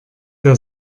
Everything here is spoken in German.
der